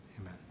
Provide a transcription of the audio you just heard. Amen